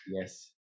Yes